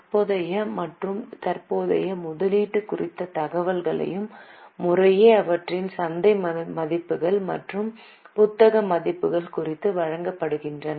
தற்போதைய மற்றும் தற்போதைய முதலீடு குறித்த தகவல்கள் முறையே அவற்றின் சந்தை மதிப்புகள் மற்றும் புத்தக மதிப்புகள் குறித்து வழங்கப்படுகின்றன